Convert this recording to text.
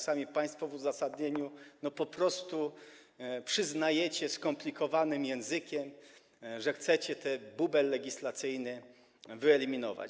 Sami państwo w uzasadnieniu po prostu przyznajecie skomplikowanym językiem, że chcecie ten bubel legislacyjny wyeliminować.